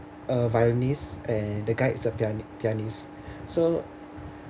a violinist and the guy is a piani~ pianist so